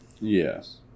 Yes